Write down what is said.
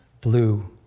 blue